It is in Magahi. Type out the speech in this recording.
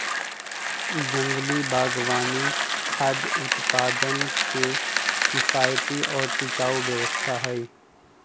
जंगल बागवानी खाद्य उत्पादन के किफायती और टिकाऊ व्यवस्था हई